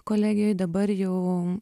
kolegijoj dabar jau